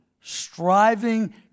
striving